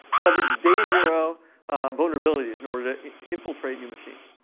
leveraged day zero vulnerabilities in order to infiltrate new machines.